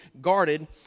guarded